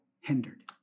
hindered